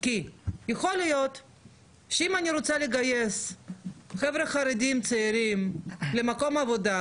כי יכול להיות שאם אני רוצה לגייס חבר'ה חרדים צעירים למקום עבודה,